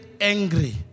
angry